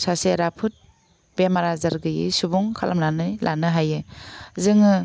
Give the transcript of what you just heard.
सासे राफोद बेमार आजार गैयै सुबुं खालामनानै लानो हायो जोङो